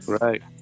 Right